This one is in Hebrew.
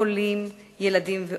חולים, ילדים ועוד.